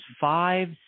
five